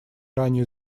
ранее